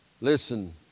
Listen